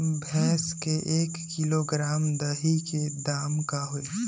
भैस के एक किलोग्राम दही के दाम का होई?